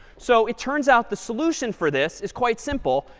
so it turns out the solution for this is quite simple.